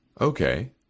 Okay